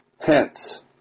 Hence